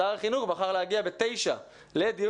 שר החינוך בחר להגיע ב-09:00 לדיון